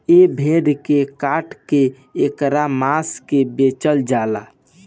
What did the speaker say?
ए भेड़ के काट के ऐकर मांस के बेचल जाला